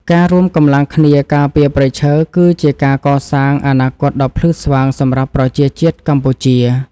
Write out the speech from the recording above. ការរួមកម្លាំងគ្នាការពារព្រៃឈើ គឺជាការកសាងអនាគតដ៏ភ្លឺស្វាងសម្រាប់ប្រជាជាតិកម្ពុជា។